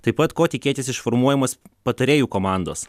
taip pat ko tikėtis iš formuojamos patarėjų komandos